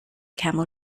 camel